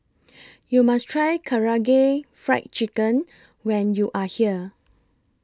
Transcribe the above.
YOU must Try Karaage Fried Chicken when YOU Are here